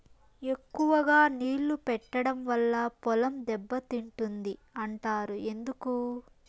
ఎక్కువగా నీళ్లు పెట్టడం వల్ల పొలం దెబ్బతింటుంది అంటారు ఎందుకు?